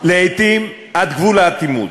לעתים עד גבול האטימות,